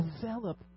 develop